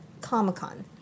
Comic-Con